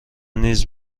نیز